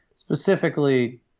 Specifically